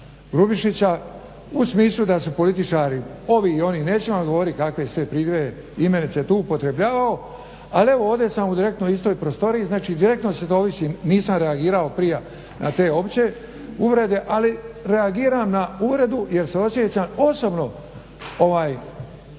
Grubišića u smislu da su političari ovi i oni neću vam govoriti kakve sve je pridjeve i imenice tu upotrebljavao, ali evo ovdje sam u direktno istoj prostoriji, znači direktno se, nisam reagirao prije na te uvrede, ali reagiram na uvredu jer se osjećam osobno uvrijeđen